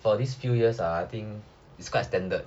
for these few years ah I think it's quite standard